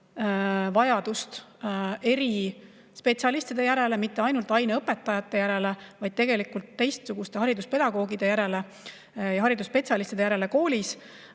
vajadus eri spetsialistide järele – mitte ainult aineõpetajate järele, vaid ka teistsuguste pedagoogide ja haridusspetsialistide järele koolis,